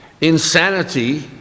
insanity